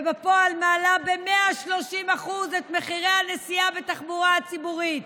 ובפועל מעלה ב-130% את מחירי הנסיעה בתחבורה הציבורית.